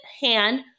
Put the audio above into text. hand